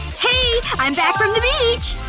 hey! i'm back from the beach!